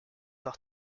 par